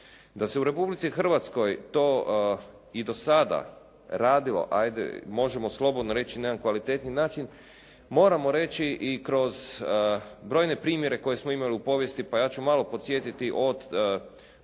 Da se u Republici Hrvatskoj to i do sada radilo, ajde, možemo slobodno reći na jedan kvalitetniji način, moramo reći i kroz brojne primjere koje smo imali u povijesti. Pa ja ću malo podsjetiti od prometne